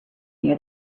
near